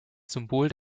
symbol